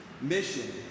mission